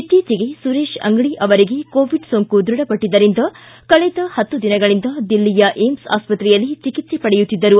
ಇತ್ತೀಚಿಗೆ ಸುರೇಶ್ ಅಂಗಡಿ ಅವರಿಗೆ ಕೋವಿಡ್ ಸೋಂಕು ದೃಢಪಟ್ಟಿದ್ದರಿಂದ ಕಳೆದ ಪತ್ತು ದಿನಗಳಿಂದ ದಿಲ್ಲಿಯ ಏಮ್ಸ್ ಆಸ್ಪತ್ರೆಯಲ್ಲಿ ಚಿಕಿತ್ಸೆ ಪಡೆಯುತ್ತಿದ್ದರು